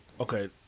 okay